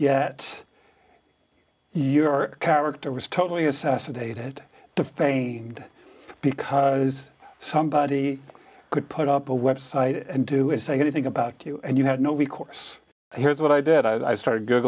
your character was totally assassinated to fame and because somebody could put up a website and do is saying anything about you and you had no recourse here's what i did i started